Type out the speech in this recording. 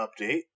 update